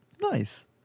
Nice